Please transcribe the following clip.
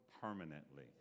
permanently